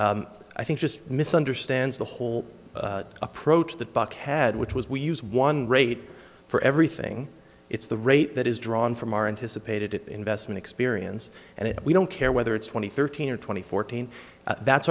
i think just misunderstands the whole approach that buck had which was we use one rate for everything it's the rate that is drawn from our anticipated investment experience and if we don't care whether it's twenty thirteen or twenty fourteen that's